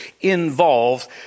involved